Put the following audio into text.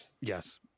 Yes